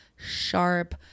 sharp